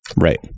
Right